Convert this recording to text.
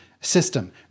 system